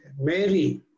Mary